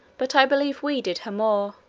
but i believe we did her more